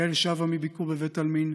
יעל שבה מביקור בבית עלמין,